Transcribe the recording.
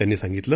त्यांनीसांगितलं